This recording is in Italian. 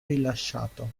rilasciato